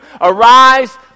Arise